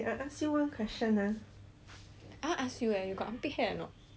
I want ask you eh you got armpit hair or not you can disclose or not